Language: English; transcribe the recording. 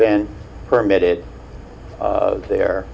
been permitted of there